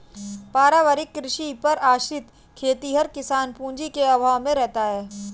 पारिवारिक कृषि पर आश्रित खेतिहर किसान पूँजी के अभाव में रहता है